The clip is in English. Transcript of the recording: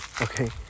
okay